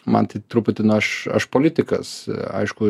man tai truputį na aš aš politikas aišku